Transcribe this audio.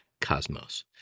cosmos